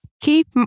keep